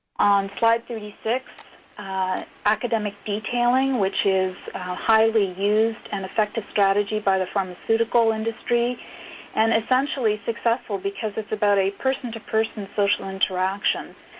slide thirty six academic detailing, which is a highly used and effective strategy by the pharmaceutical industry and essentially successful because it's about a person-to-person social interaction.